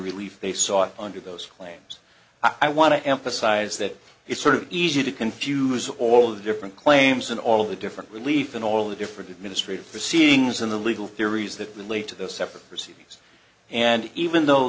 relief they sought under those claims i want to emphasize that it's sort of easy to confuse all the different claims in all the different relief in all the different administrative proceedings in the legal theories that relate to the separate proceedings and even though